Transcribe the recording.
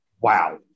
wow